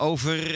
Over